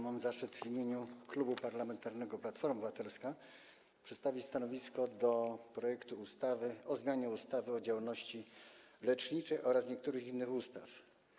Mam zaszczyt w imieniu Klubu Parlamentarnego Platforma Obywatelska przedstawić stanowisko wobec projektu ustawy o zmianie ustawy o działalności leczniczej oraz niektórych innych ustaw.